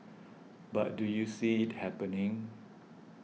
but do you see it happening